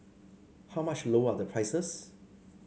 how much lower are the prices